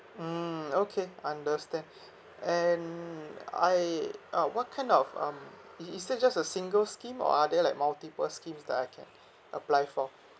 mmhmm okay understand and I uh what kind of um is is there just a single scheme or are there like multiple schemes that I can apply for